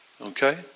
Okay